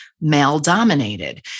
male-dominated